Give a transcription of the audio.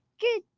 good